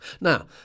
Now